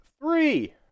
three